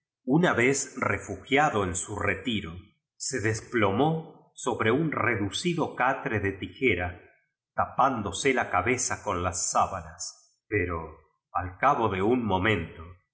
una ve refugiado en eu retiro se desplo mó sobre un reducido catre de tijera tapán dose la cubeza con la sábanas pero al ca bo de un momento p